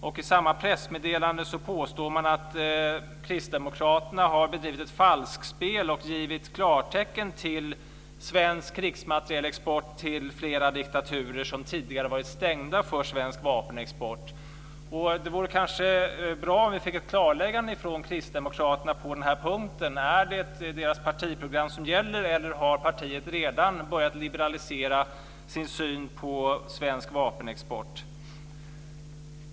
I samma pressmeddelande påstås också att Kristdemokraterna har bedrivit ett falskspel och givit klartecken till svensk krigsmaterielexport till flera diktaturer som tidigare varit stängda för svensk vapenexport. Det vore kanske bra om vi fick ett klarläggande från Kristdemokraterna på den här punkten: Är det deras partiprogram som gäller, eller har partiet redan börjat liberalisera sin syn på svensk vapenexport?